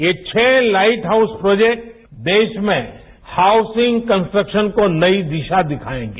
ये छः lighthouse project देश में हाउसिंग कन्सट्रक्शन को नई दिशा दिखाएंगे